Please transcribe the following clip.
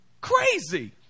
Crazy